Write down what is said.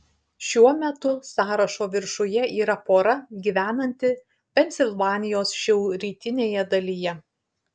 šiuo metu sąrašo viršuje yra pora gyvenanti pensilvanijos šiaurrytinėje dalyje